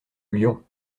lyon